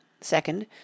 Second